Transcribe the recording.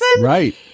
Right